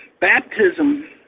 Baptism